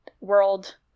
world